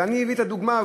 ואביא את הדוגמה,